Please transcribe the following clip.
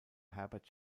herbert